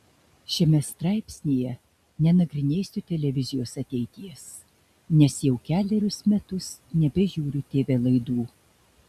šiame straipsnyje nenagrinėsiu televizijos ateities nes jau kelerius metus nebežiūriu tv laidų